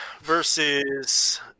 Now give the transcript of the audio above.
versus